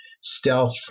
stealth